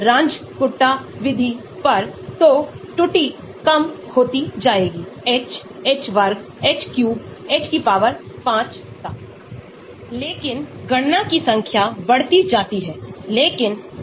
तो यह हाइड्रोफोबिक प्रतिस्थापी के संबंध में एक सकारात्मक है और इलेक्ट्रॉनिक कारक के लिए यह नकारात्मक है कि इलेक्ट्रॉनिक दान करने वाले प्रतिस्थापी हैं